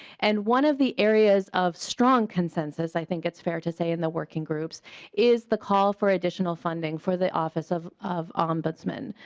and one of the areas of strong consensus i think it's fair to say and the working groups is the call for additional funding for the office of of ombudsman.